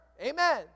Amen